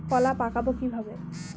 কলা পাকাবো কিভাবে?